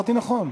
אמרתי נכון.